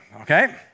okay